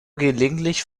gelegentlich